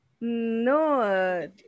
No